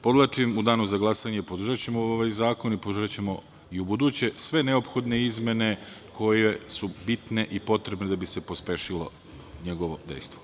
Podvlačim, u danu za glasanje podržaćemo ovaj zakon i podržaćemo i u buduće sve neophodne izmene koje su bitne i potrebne da bi se pospešilo njegovo dejstvo.